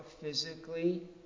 physically